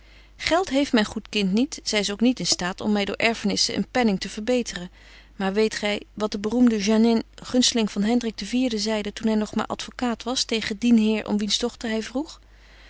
geld heeft myn goed kind niet zy is ook niet in staat om my door erfenissen een penning te verbeteren maar weet gy wat de beroemde j e a n n i n gunsteling van h e n d r i k iv zeide toen hy nog maar advocaat was tegen dien heer om wiens dochter hy vroeg